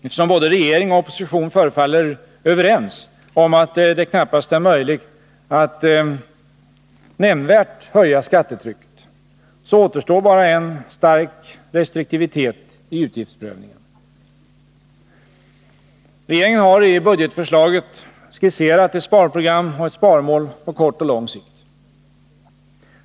Eftersom både regering och opposition förefaller överens om att det knappast är möjligt att nämnvärt öka skattetrycket, så återstår bara en stark restriktivitet i utgiftsprövningen. Regeringen har i budgetförslaget skisserat ett sparprogram och ett sparmål på kort och lång sikt.